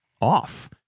off